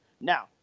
Now